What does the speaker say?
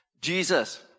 Jesus